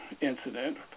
incident